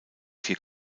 vier